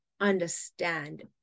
understand